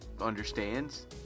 understands